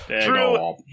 True